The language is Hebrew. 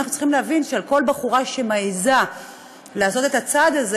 אנחנו צריכים להבין שעל כל בחורה שמעזה לעשות את הצעד הזה,